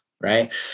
right